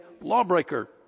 lawbreaker